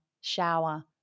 shower